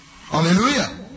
Hallelujah